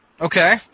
okay